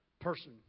person